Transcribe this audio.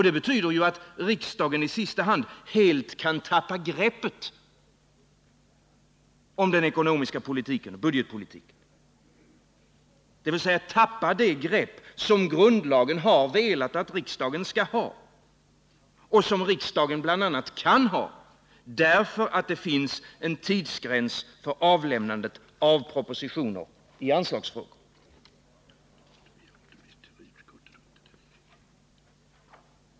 Det betyder i sista hand att riksdagen helt kan tappa greppet om den ekonomiska politiken, om budgetpolitiken — tappa det grepp som grundlagen velat att riksdagen skall ha och som riksdagen kan ha bl.a. därför att det finns en tidsgräns för avlämnadet av propositioner i anslagsfrågor.